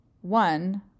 One